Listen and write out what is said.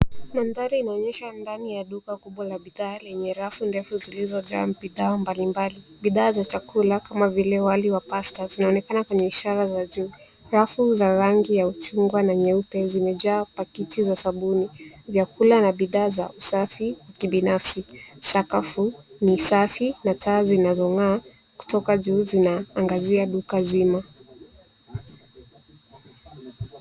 Mandhari inaonyesha ndani ya duka kubwa la bidhaa lenye rafu ndefu zilizojaa bidhaa mbali mbali. Bidhaa za chakula kama vile wali wa pastas zinaonekana kwenye ishara za juu. Rafu za rangi ya chungwa na nyeupe zimejaa paketi za sabuni. vyakula na bidhaa za usafi wa kibinafsi. Sakafu ni safi na taa zinazong'aa kutoka juu zinaangazia duka zima.